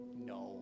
No